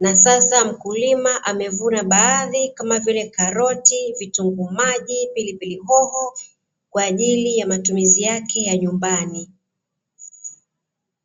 na sasa mkulima amevuna baadhi kama vile karoti, vitunguu maji, pilipili hoho kwa ajili ya matumizi yake ya nyumbani.